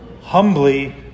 humbly